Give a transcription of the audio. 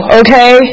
okay